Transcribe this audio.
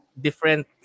different